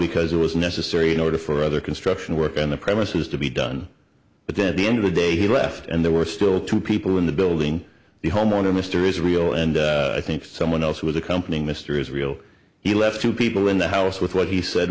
because it was necessary in order for other construction work on the premises to be done but then the end of the day he left and there were still two people in the building the homeowner mr israel and i think someone else who was accompanying mr israel he left two people in the house with what he said